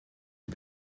die